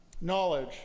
Knowledge